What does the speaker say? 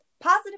Positive